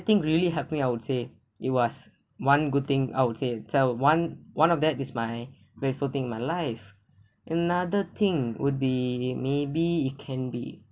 I think really helping I would say it was one good thing I would say tell one one of that is my grateful thing in my life another thing would be maybe it can be